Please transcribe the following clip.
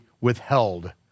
withheld